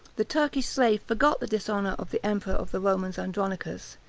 the turkish slave forgot the dishonor of the emperor of the romans andronicus,